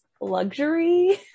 luxury